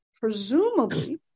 Presumably